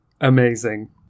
Amazing